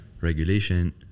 regulation